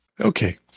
Okay